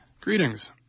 Greetings